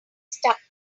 stuck